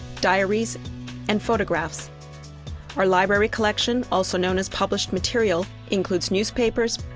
diaries and photographs our library collection, also known as published material includes newspapers,